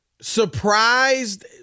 surprised